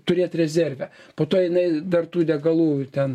turėt rezerve po to jinai dar tų degalų ten